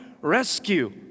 rescue